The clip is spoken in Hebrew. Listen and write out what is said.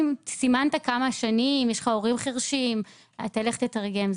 סימנת כמה שנים, יש לך הורים חירשים, תלך תתרגם.